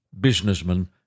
businessman